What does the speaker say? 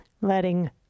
Letting